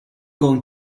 going